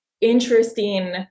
interesting